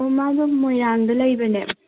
ꯑꯣ ꯃꯥꯗꯣ ꯃꯣꯏꯔꯥꯡꯗ ꯂꯩꯕꯅꯦ